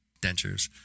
dentures